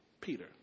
Peter